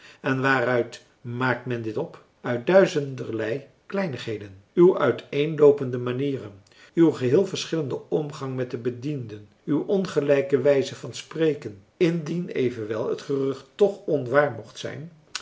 en waaruit maakt men dit op uit duizenderlei kleinigheden uw uiteenloopende manieren uw geheel verschillende omgang met de bedienden uw ongelijke wijze van spreken indien evenwel het gerucht toch onwaar mocht zijn